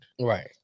Right